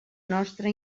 nostra